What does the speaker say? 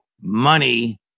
money